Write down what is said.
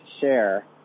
share